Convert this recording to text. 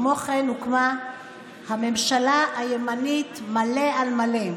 כמו כן, הוקמה הממשלה הימנית, מלא על מלא,